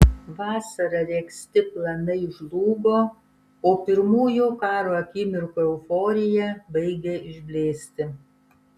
vasarą regzti planai žlugo o pirmųjų karo akimirkų euforija baigė išblėsti